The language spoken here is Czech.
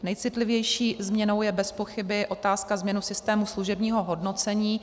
Nejcitlivější změnou je bezpochyby otázka změn v systému služebního hodnocení.